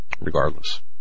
regardless